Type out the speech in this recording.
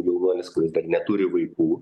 jaunuolis kuris dar neturi vaikų